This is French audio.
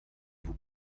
vous